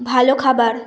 ভালো খাবার